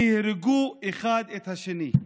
שיהרגו אחד את השני.